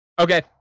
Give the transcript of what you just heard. Okay